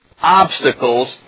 obstacles